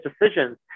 decisions